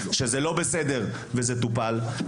שזה לא בסדר וזה טופל,